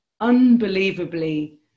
unbelievably